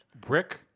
Brick